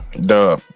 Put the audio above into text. Duh